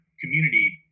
community